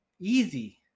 easy